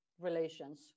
relations